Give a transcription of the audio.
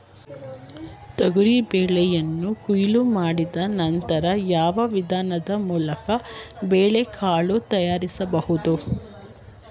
ತೊಗರಿ ಬೇಳೆಯನ್ನು ಕೊಯ್ಲು ಮಾಡಿದ ನಂತರ ಯಾವ ವಿಧಾನದ ಮೂಲಕ ಬೇಳೆಕಾಳು ತಯಾರಿಸಬಹುದು?